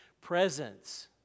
presence